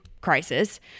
crisis